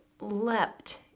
leapt